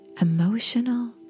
emotional